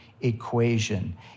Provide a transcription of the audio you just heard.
equation